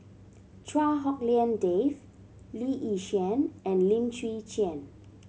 Chua Hak Lien Dave Lee Yi Shyan and Lim Chwee Chian